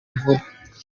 mvura